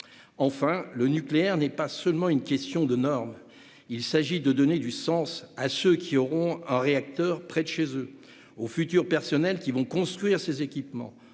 Enfin, le nucléaire n'est pas seulement une question de normes. Il s'agit de donner du sens à ceux qui auront un réacteur près de chez eux, aux futurs personnels qui vont construire ces équipements,